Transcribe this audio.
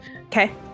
Okay